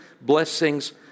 blessings